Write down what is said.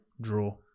Draw